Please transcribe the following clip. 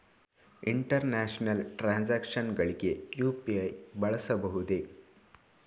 International transactions ಗಳಿಗೆ UPI ಬಳಸಬಹುದೇ?